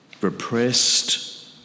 repressed